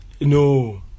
no